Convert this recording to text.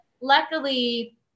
luckily